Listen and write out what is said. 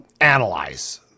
analyze